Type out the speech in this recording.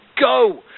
Go